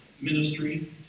ministry